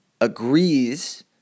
agrees